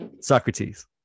Socrates